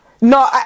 No